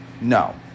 no